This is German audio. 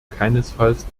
keinesfalls